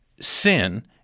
sin—